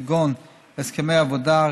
כגון הסכמי עבודה,